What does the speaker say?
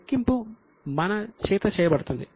లెక్కింపు మన చేత చేయబడుతుంది